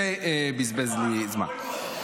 ובזבז לי זמן.